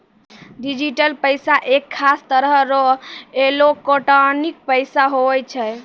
digital पैसा एक खास तरह रो एलोकटानिक पैसा हुवै छै